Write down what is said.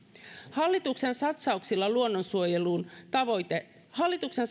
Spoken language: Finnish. satsauksilla luonnonsuojeluun hallituksen